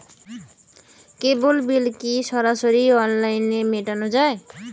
কেবল bill কি সরাসরি অনলাইনে মেটানো য়ায়?